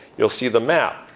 you'll see the map.